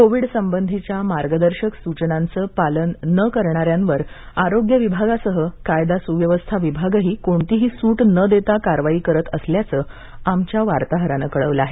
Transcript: कोविडसंबंधीच्या मार्गदर्शक सूचनांचं पालन नं करणाऱ्यांवर आरोग्य विभागसह कायदा सुव्यवस्था विभाग कोणतीही सूट न देता कारवाई करत असल्याचं आमच्या वार्ताहरानं कळवलं आहे